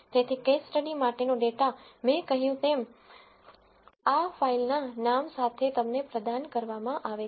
તેથી case study માટેનો data મેં કહ્યું તેમ આ ફાઇલ ના નામ સાથે તમને પ્રદાન કરવામાં આવે છે